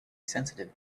sensitive